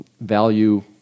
value